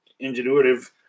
ingenuitive